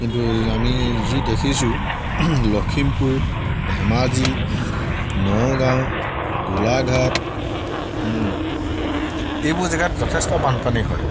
কিন্তু আমি যি দেখিছোঁ লখিমপুৰ ধেমাজি নগাঁও গোলাঘাট এইবোৰ জেগাত যথেষ্ট বানপানী হয়